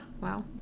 Wow